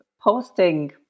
posting